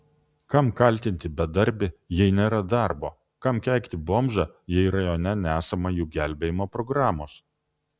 kam kaltinti bedarbį jei nėra darbo kam keikti bomžą jei rajone nesama jų gelbėjimo programos